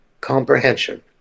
comprehension